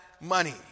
money